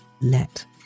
let